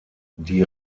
die